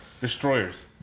Destroyers